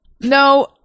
No